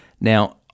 Now